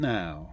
now